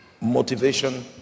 motivation